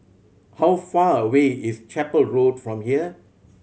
how far away is Chapel Road from here